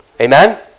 Amen